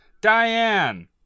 Diane